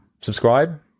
subscribe